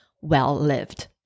well-lived